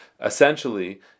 Essentially